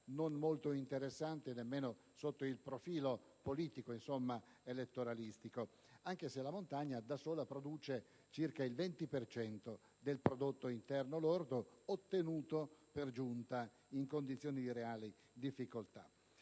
non molto interessante nemmeno sotto il profilo politico-elettoralistico, anche se la montagna da sola produce circa il 20 per cento del PIL, ottenuto, per giunta, in condizioni di reale difficoltà.